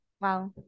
Wow